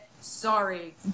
Sorry